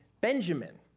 Benjamin